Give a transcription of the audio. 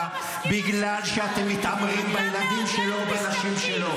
בגלל שאתם מתעמרים בילדים שלו או בנשים שלו.